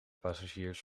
passagiers